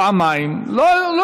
פעמיים, לא.